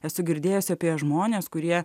esu girdėjus apie žmones kurie